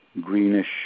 greenish